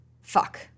Fuck